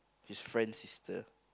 his friend sister